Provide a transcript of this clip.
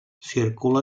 circula